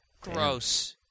Gross